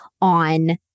on